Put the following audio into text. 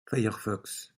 firefox